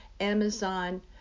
Amazon